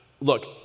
Look